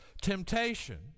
temptation